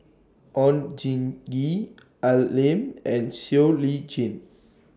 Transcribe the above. Oon Jin Gee Al Lim and Siow Lee Chin